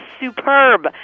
superb